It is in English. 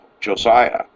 Josiah